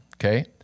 Okay